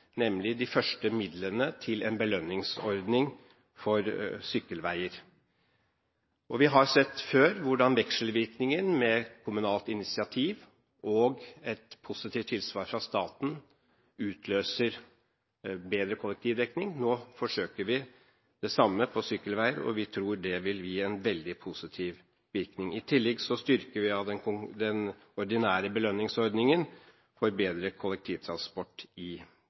nemlig de første midlene til en belønningsordning for sykkelveier. Vi har sett før hvordan vekselvirkningen med kommunalt initiativ og et positivt tilsvar fra staten utløser bedre kollektivdekning. Nå forsøker vi det samme for sykkelveier, og vi tror det vil gi en veldig positiv virkning. I tillegg styrker vi den ordinære belønningsordningen for bedre kollektivtransport i